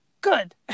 good